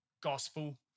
gospel